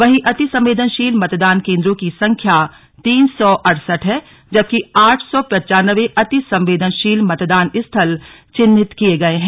वहीं अतिसंवेदनशील मतदान केंद्रों की संख्या तीन सौ अड़सठ हैं जबकि आठ सौ पचान्वे अतिसंवेदनशील मतदान स्थल चिन्हित किये गए हैं